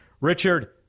Richard